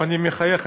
אני מחייך.